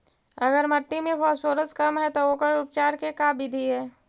अगर मट्टी में फास्फोरस कम है त ओकर उपचार के का बिधि है?